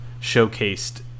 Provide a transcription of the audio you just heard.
showcased